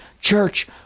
Church